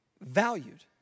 valued